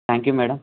thank you madam